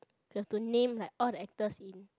you have to name like all the actors in